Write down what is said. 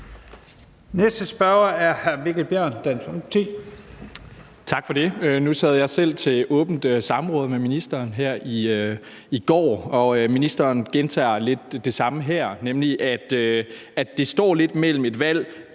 Folkeparti. Kl. 14:31 Mikkel Bjørn (DF): Tak for det. Nu sad jeg selv til åbent samråd med ministeren her i går, og ministeren gentager lidt det samme her, nemlig at man står med et valg